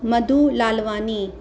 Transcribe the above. Madhu Lalwani